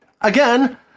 again